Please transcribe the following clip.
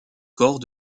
corps